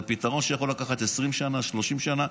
זה פתרון שיכול לקחת 20 שנה, 30 שנה,